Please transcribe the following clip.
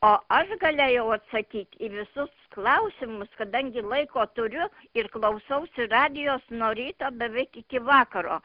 o aš galėjau atsakyti į visus klausimus kadangi laiko turiu ir klausausi radijos nuo ryto beveik iki vakaro